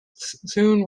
soon